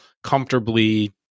comfortably